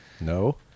No